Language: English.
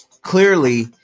Clearly